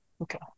Okay